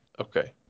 Okay